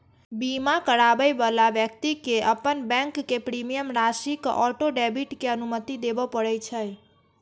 बीमा कराबै बला व्यक्ति कें अपन बैंक कें प्रीमियम राशिक ऑटो डेबिट के अनुमति देबय पड़ै छै